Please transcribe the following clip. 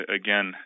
again